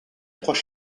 trois